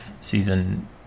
season